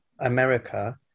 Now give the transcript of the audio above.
America